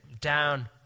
Down